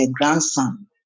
grandson